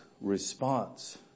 response